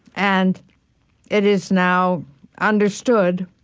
and it is now understood